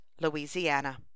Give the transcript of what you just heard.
Louisiana